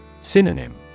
Synonym